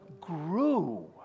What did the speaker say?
grew